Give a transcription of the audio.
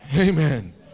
Amen